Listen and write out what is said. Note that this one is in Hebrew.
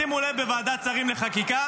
שימו לב בוועדת השרים לחקיקה.